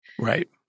Right